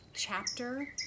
Chapter